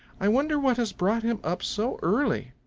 i wonder what has brought him up so early.